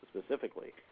specifically